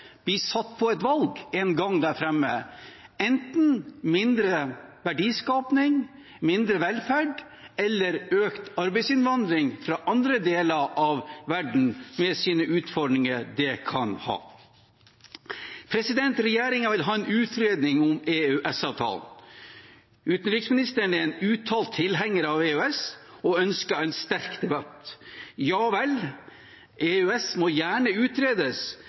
et valg en gang der fremme – enten mindre verdiskaping, mindre velferd, eller økt arbeidsinnvandring fra andre deler av verden, med de utfordringene det kan ha. Regjeringen vil ha en utredning om EØS-avtalen. Utenriksministeren er en uttalt tilhenger av EØS og ønsker en sterk debatt. Ja vel. EØS må gjerne utredes,